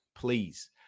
please